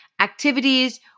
activities